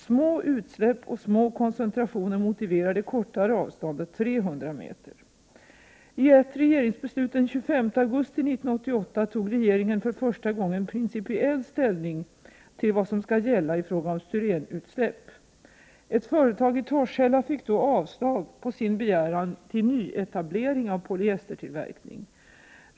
Små utsläpp och små koncentrationer motiverar det kortare avståndet, 300 meter. I ett regeringsbeslut den 25 augusti 1988 tog regeringen för första gången principiell ställning till vad som skall gälla i fråga om styrenutsläpp. Ett företag i Torshälla fick då avslag på sin begäran om nyetablering av polyestertillverkning.